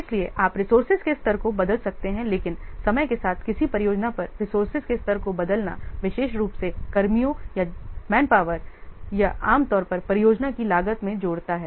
इसलिए आप रिसोर्सेज के स्तर को बदल सकते हैं लेकिन समय के साथ किसी परियोजना पर रिसोर्सेज के स्तर को बदलना विशेष रूप से कर्मियों या जनशक्ति यह आम तौर पर परियोजना की लागत में जोड़ता है